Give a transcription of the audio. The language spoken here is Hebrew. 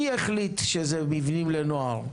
מי החליט שזה מבנים לנוער?